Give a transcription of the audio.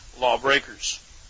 lawbreakers